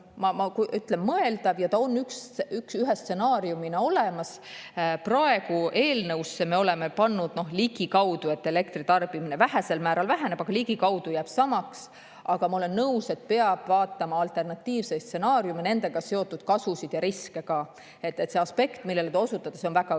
on täiesti mõeldav ja see on ühe stsenaariumina olemas. Praegu me oleme eelnõusse pannud, et elektritarbimine vähesel määral väheneb, aga ligikaudu jääb samaks. Aga ma olen nõus, et peab vaatama alternatiivseid stsenaariume, nendega seotud kasusid ja riske. See aspekt, millele te osutasite, on väga õige.